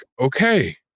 okay